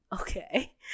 Okay